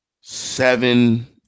seven